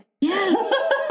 yes